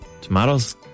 Tomatoes